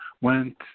went